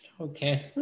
Okay